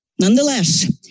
Nonetheless